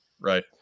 Right